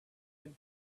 had